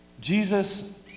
Jesus